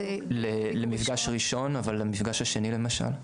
למפגש ראשון, אבל המפגש השני למשל?